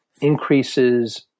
increases